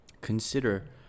Consider